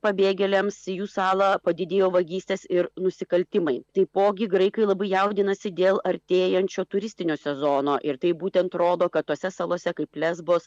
pabėgėliams jų salą padidėjo vagystės ir nusikaltimai taipogi graikai labai jaudinasi dėl artėjančio turistinio sezono ir tai būtent rodo kad tose salose kaip lezbos